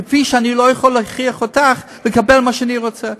כפי שאני רוצה להכריח אותך לקבל את מה שאני רוצה.